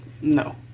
No